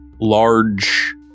large